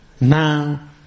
Now